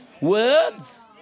Words